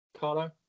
Carlo